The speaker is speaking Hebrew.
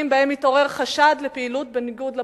שבהם מתעורר חשד לפעילות בניגוד לפקודות.